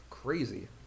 crazy